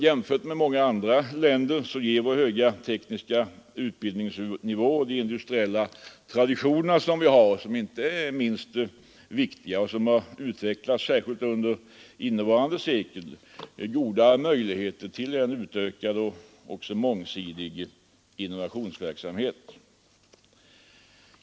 Jämfört med många andra länder ger vår höga tekniska utbildningsnivå och de industriella traditioner vi har, som inte är minst viktiga och som har utvecklats särskilt under innevarande sekel, goda möjligheter till en utökad och mångsidig innovationsverksamhet.